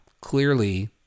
clearly